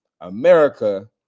america